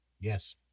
Yes